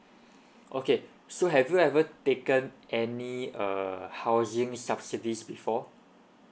okay so have you ever taken any err housing subsidies before